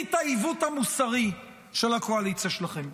תמצית העיוות המוסרי של הקואליציה שלכם.